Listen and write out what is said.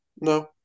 No